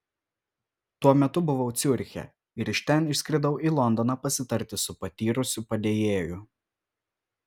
tuo metu buvau ciuriche ir iš ten išskridau į londoną pasitarti su patyrusiu padėjėju